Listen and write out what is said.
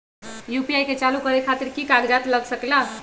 UPI के चालु करे खातीर कि की कागज़ात लग सकेला?